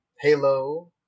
Halo